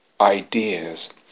ideas